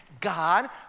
God